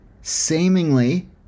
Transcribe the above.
seemingly